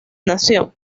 nación